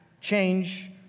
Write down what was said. change